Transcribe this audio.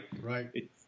Right